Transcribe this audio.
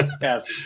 yes